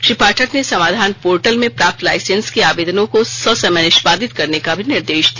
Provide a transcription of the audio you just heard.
श्री पाठक ने समाधान पोर्टल में प्राप्त लाइसेंस के आवेदनों को ससमय निष्पादित करने का निर्देश दिया